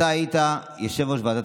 אתה ומיקי לוי לא מסכימים.